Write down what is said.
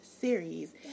series